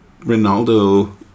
Ronaldo